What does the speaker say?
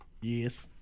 Yes